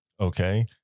Okay